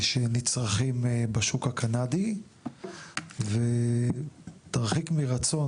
שנצרכים בשוק הקנדי ותרחיק מרצון,